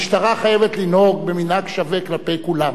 המשטרה חייבת לנהוג מנהג שווה כלפי כולם.